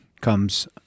comes